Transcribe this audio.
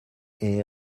est